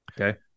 Okay